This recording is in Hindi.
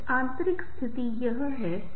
अंत में व्यक्ति अधिक मानवीय संपर्क चाहते हैं